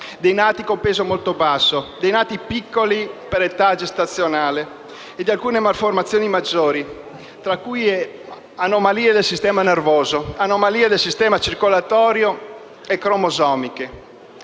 dei nati con peso molto basso, dei nati piccoli per età gestazionali ed alcune malformazioni maggiori tra cui anomalie del sistema nervoso, anomalie del sistema circolatorio e cromosomiche.